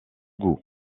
goût